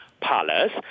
Palace